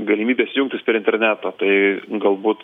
galimybės jungtis prie interneto tai galbūt